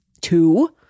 Two